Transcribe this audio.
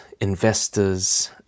investors